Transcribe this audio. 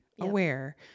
aware